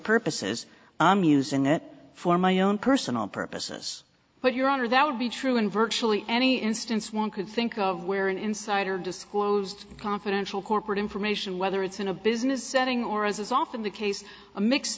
purposes i'm using it for my own personal purposes but your honor that would be true in virtually any instance one could think of where an insider disclosed confidential corporate information whether it's in a business setting or as is often the case a mixed